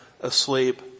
asleep